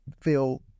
feel